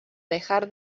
dejar